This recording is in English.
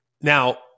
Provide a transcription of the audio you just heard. Now